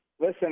Listen